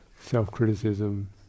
self-criticism